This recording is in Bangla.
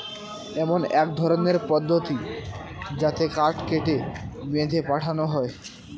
এমন এক ধরনের পদ্ধতি যাতে কাঠ কেটে, বেঁধে পাঠানো হয়